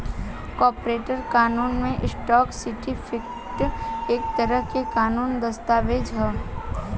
corporate कानून में, stock certificate एक तरह के कानूनी दस्तावेज ह